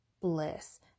bliss